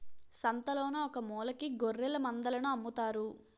సంతలోన ఒకమూలకి గొఱ్ఱెలమందలను అమ్ముతారు